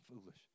foolish